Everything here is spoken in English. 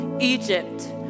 egypt